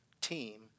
team